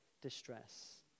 distress